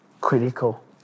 critical